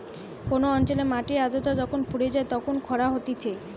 কোন অঞ্চলের মাটির আদ্রতা যখন ফুরিয়ে যায় তখন খরা হতিছে